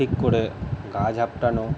ঠিক করে গা ঝাপটানো